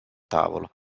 tavolo